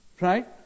right